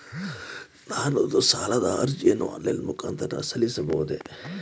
ನಾನು ಸಾಲದ ಅರ್ಜಿಯನ್ನು ಆನ್ಲೈನ್ ಮುಖಾಂತರ ಸಲ್ಲಿಸಬಹುದೇ?